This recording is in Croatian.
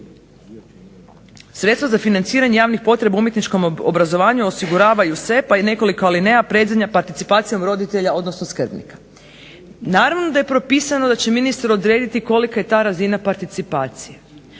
Sredstva za financiranje javnih potreba u umjetničkom obrazovanju osiguravaju se pa je nekoliko alineja, predzadnja – participacijom roditelja, odnosno skrbnika. Naravno da je propisano da će ministar odrediti kolika je ta razina participacije,